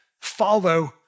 follow